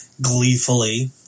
gleefully